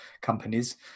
companies